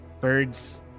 birds